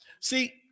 See